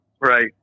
Right